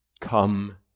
come